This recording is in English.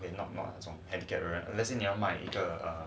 没有可能你要买一个 err